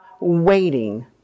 waiting